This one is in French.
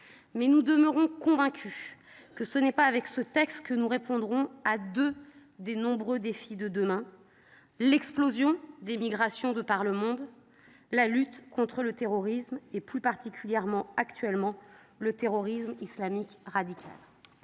nous demeurons convaincus que ce n’est pas avec ce texte que nous répondrons à deux des nombreux défis de demain : l’explosion des migrations de par le monde et la lutte contre le terrorisme, plus particulièrement le terrorisme islamique radical.